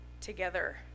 together